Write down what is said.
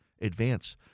Advance